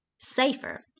safer